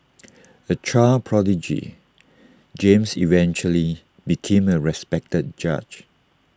A child prodigy James eventually became A respected judge